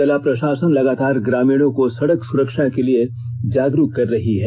जिला प्रशासन लगातार ग्रामीणों को सड़क सुरक्षा के लिए जागरूक कर रही है